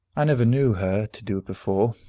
i never knew her to do it before.